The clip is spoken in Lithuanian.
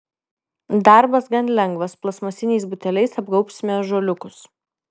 darbas gan lengvas plastmasiniais buteliais apgaubsime ąžuoliukus